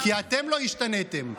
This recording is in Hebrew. כי אתם לא השתניתם.